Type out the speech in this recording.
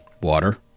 water